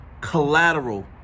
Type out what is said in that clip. collateral